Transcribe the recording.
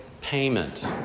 payment